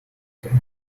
страну